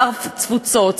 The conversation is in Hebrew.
שר תפוצות,